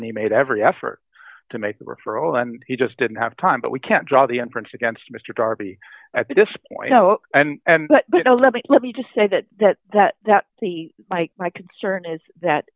and he made every effort to make the referral and he just didn't have time but we can't draw the inference against mr darby at this point and to let me let me just say that that that that the my my concern is that